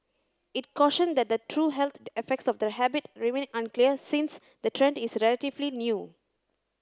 it cautioned that the true health effects of the habit remain unclear since the trend is relatively new